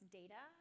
data